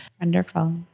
Wonderful